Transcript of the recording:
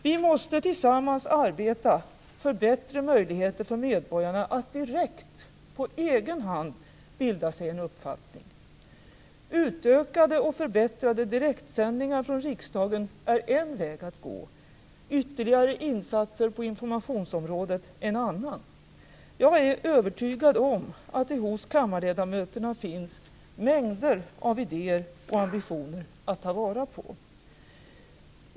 Vi måste tillsammans arbeta för bättre möjligheter för medborgarna att direkt, på egen hand, bilda sig en uppfattning. Utökade och förbättrade direktsändningar från riksdagen är en väg att gå, ytterligare insatser på informationsområdet en annan. Jag är övertygad om att det hos kammarledamöterna finns mängder av idéer och ambitioner att ta vara på.